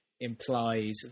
implies